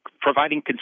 providing